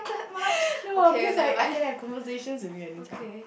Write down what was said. no because I I can have conversations with you anytime